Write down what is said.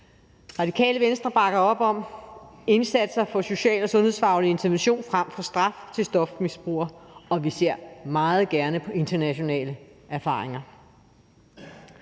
Radikale Venstre bakker op om indsatser for social og sundhedsfaglig intervention frem for straf til stofmisbrugere, og vi ser meget gerne på internationale erfaringer.